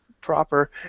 proper